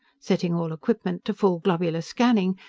setting all equipment to full-globular scanning,